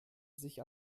sich